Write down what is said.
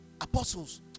apostles